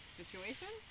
situation